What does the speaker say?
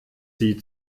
sie